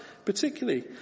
Particularly